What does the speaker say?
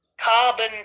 carbon